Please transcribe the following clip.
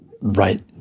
right